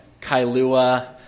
Kailua